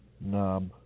knob